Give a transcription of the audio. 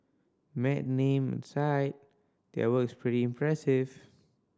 mad name aside their work is pretty impressive